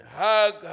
hug